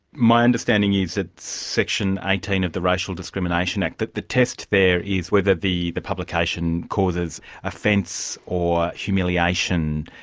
my understanding is that section eighteen of the racial discrimination act, that the test there is whether the the publication causes offence or humiliation.